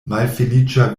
malfeliĉa